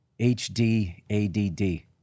HDADD